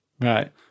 right